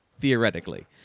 Theoretically